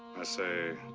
i say.